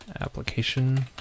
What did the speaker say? application